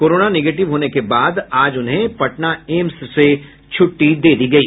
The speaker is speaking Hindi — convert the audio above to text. कोरोना निगेटिव होने के बाद आज उन्हें पटना एम्स से छूटटी दे दी गयी